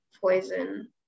poison